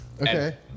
Okay